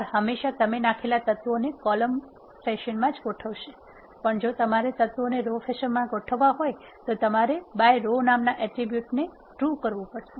R હમેશા તમે નાખેલા તત્વોને કોલમ ફેશનમાં ગોઠવશે પણ જો તમારે તે તત્વોને રો ફેશનમાં ગોઠવવા હોય તો તમારે by row નામના એટ્રિબ્યુટ ને સાચુ કરવું પડશે